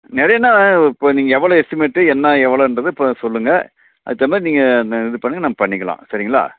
நிறையனா இப்போ நீங்கள் எவ்வளோ எஸ்டிமேட்டு என்ன எவ்வளோன்றது இப்போ சொல்லுங்கள் அதற்கு தவுந்தமாதிரி நீங்கள் இது பண்ணுங்கள் நம்ம பண்ணிக்கலாம் சரிங்களா